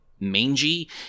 mangy